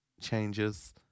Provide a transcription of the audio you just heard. changes